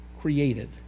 created